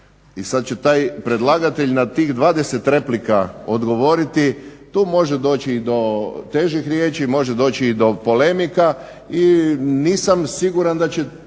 I sad će taj predlagatelj na tih 20 replika odgovoriti, tu može doći i do težih riječi, može doći i do polemika i nisam siguran da će